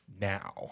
now